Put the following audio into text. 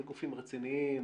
הם גופים רציניים,